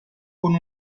con